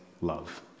love